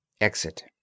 Exit